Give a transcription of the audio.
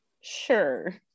sure